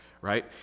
right